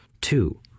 two